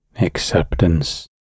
acceptance